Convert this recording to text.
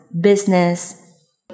Business